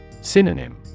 Synonym